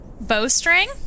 Bowstring